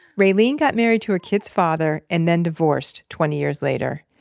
raylene got married to her kid's father and then divorced twenty years later.